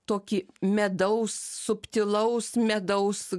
tokį medaus subtilaus medaus